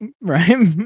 right